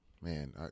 Man